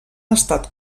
estat